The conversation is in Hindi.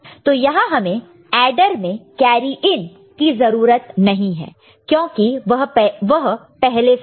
तो यहां हमें एडर में कैरी इन की जरूरत नहीं है क्योंकि वह पहले से है